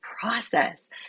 process